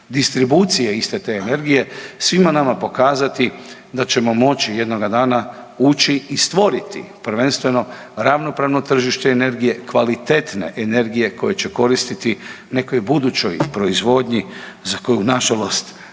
distribucije iste te energije svima nama pokazati da ćemo moći jednoga dana ući i stvoriti, prvenstveno ravnopravno tržište energije, kvalitetne energije koje će koristiti nekoj budućnoj proizvodnji za koju nažalost, dragi